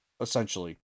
essentially